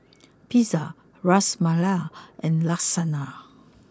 Pizza Ras Malai and Lasagna